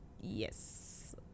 yes